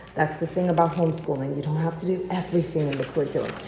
that's the thing about homeschooling, you don't have to do everything in the curriculum.